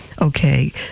Okay